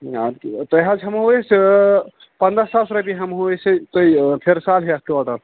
تۄہہِ حظ ہٮ۪مہو أسۍ پنٛداہ ساس رۄپیہِ ہٮ۪مہو أسہِ تُہۍ فِرسال ہیٚتھ ٹوٹَل